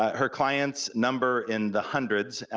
her clients number in the hundreds,